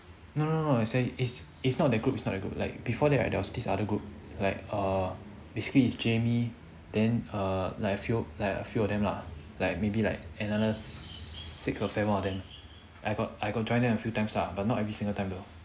no no no no as in it's it's not the group it's not a group like before that right there was this other group like err basically is jamie then like err a few a few of them lah like maybe like another six or seven of them I got I got join them a few times lah but not every single time though